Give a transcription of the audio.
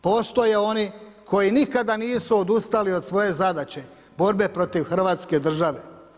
Postoje oni koji nikada nisu odustali od svoje zadaće, borbe protiv hrvatske države.